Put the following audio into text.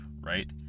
right